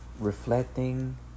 reflecting